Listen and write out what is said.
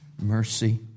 mercy